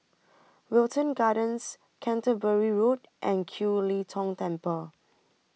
Wilton Gardens Canterbury Road and Kiew Lee Tong Temple